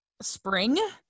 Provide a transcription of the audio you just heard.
spring